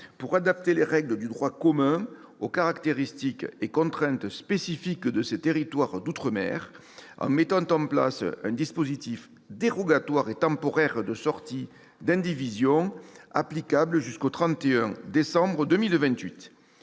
pour adapter les règles du droit commun aux caractéristiques et contraintes spécifiques de ces territoires d'outre-mer en mettant en place un dispositif dérogatoire et temporaire de sortie d'indivision applicable jusqu'au 31 décembre 2028.